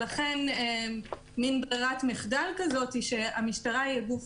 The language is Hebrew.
לכן מין בררת מחדל כזאת היא שהמשטרה היא הגוף